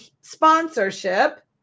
sponsorship